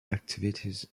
activities